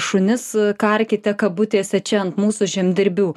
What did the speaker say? šunis karkite kabutėse čia ant mūsų žemdirbių